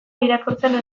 irakurtzea